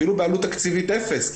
אפילו בעלות תקציבית אפס,